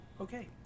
Okay